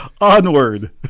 Onward